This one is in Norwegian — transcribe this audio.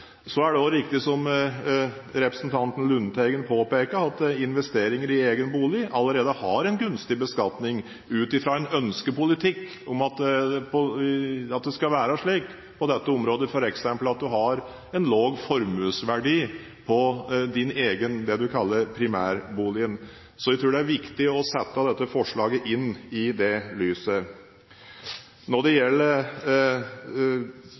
Så er det også riktig, som representanten Lundteigen påpeker, at investeringer i egen bolig allerede har en gunstig beskatning ut fra en ønsket politikk om at det skal være slik på dette området, f.eks. at man har en lav formuesverdi på det man kaller primærboligen. Jeg tror det er viktig å se dette forslaget i det lyset. Når det